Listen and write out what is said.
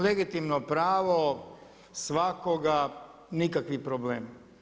Legitimno pravo, svakoga, nikakvi problemi.